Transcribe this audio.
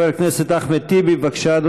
חבר הכנסת אחמד טיבי, בבקשה,